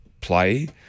play